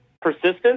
persistence